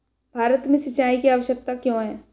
भारत में सिंचाई की आवश्यकता क्यों है?